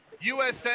USA